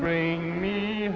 bring me